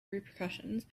repercussions